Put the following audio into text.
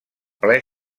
ple